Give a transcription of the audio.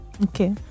Okay